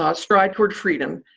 um stride toward freedom,